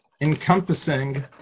encompassing